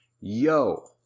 yo